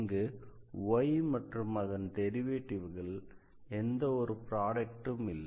இங்கு y மற்றும் அதன் டெரிவேட்டிவ்களின் எந்த ஒரு ப்ரோடெக்ட்டும் இல்லை